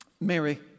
mary